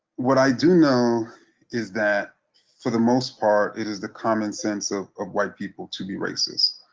what i do know is that for the most part it is the common sense ah of white people to be racist.